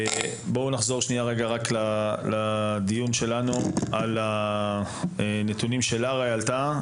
בואו נחזור לדיון שלנו על הנתונים שלארה העלתה.